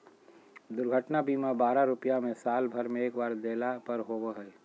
दुर्घटना बीमा बारह रुपया में साल भर में एक बार देला पर होबो हइ